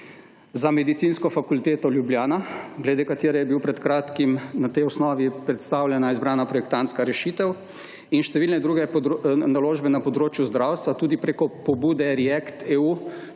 za Medicinsko fakulteto Ljubljana, glede katere je bil pred kratkim, na tej osnovi, predstavljena izbrana projektantska rešitev in številne druge naložbena področju zdravstva, tudi preko pobude React EU,